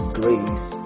grace